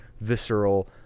visceral